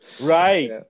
Right